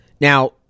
Now